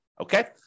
Okay